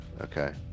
Okay